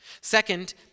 Second